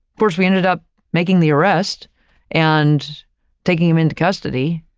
first, we ended up making the arrest and taking him into custody.